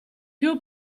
più